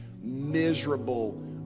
miserable